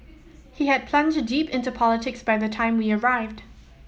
he had plunged deep into politics by the time we arrived